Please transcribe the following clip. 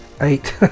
eight